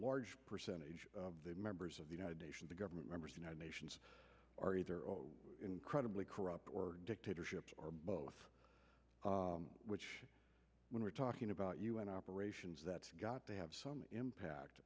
large percentage of the members of united nation the government members you know nations are either incredibly corrupt or dictatorships are both which when we're talking about u n operations that's got to have some impact